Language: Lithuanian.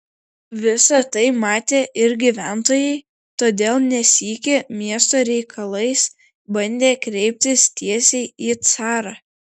visa tai matė ir gyventojai todėl ne sykį miesto reikalais bandė kreiptis tiesiai į carą